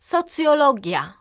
Sociologia